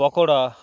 pakora